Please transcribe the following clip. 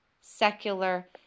secular